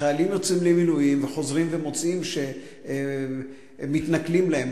חיילים יוצאים למילואים וחוזרים ומוצאים שמתנכלים להם.